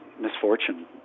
misfortune